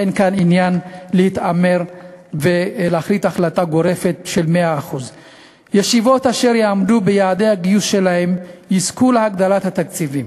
אין כאן עניין להתעמר ולהחליט החלטה גורפת של 100%. ישיבות אשר יעמדו ביעדי הגיוס שלהן יזכו להגדלת התקציבים.